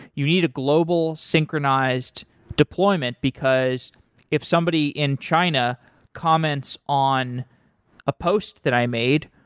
you need a global synchronized deployment because if somebody in china comments on a post that i made,